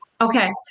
okay